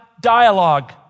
dialogue